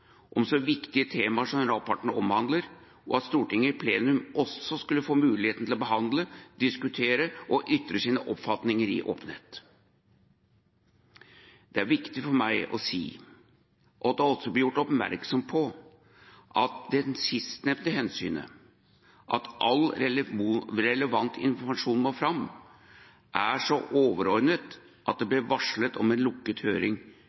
om så viktige temaer som rapporten omhandler, og at Stortinget i plenum også skulle få mulighet til å behandle, diskutere og ytre sine oppfatninger i åpenhet. Det er viktig for meg å si at det også ble gjort oppmerksom på at det sistnevnte hensynet – at all relevant informasjon må fram – er så overordnet at det ble varslet om en lukket høring